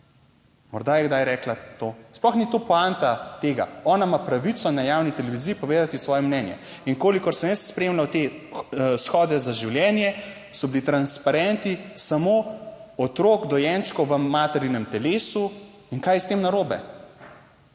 morda je kdaj rekla to, sploh ni to poanta tega, ona ima pravico na javni televiziji povedati svoje mnenje. In kolikor sem jaz spremljal te shode za življenje, so bili transparenti samo otrok, dojenčkov v materinem telesu. In kaj je s tem narobe?